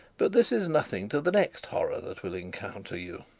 but this is nothing to the next horror that will encounter you.